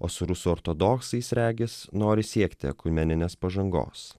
o su rusų ortodoksais regis nori siekti ekumeninės pažangos